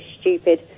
stupid